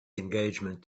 engagement